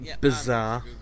bizarre